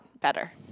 better